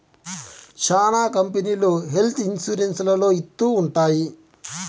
శ్యానా కంపెనీలు health insurance లలో ఇత్తూ ఉంటాయి